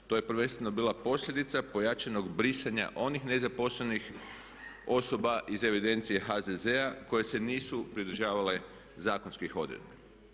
To je prvenstveno bila posljedica pojačanog brisanja onih nezaposlenih osoba iz evidencije HZZ-a koje se nisu pridržavale zakonskih odredbi.